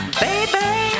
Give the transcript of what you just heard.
baby